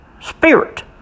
spirit